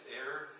error